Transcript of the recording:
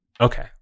Okay